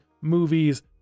movies